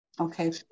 Okay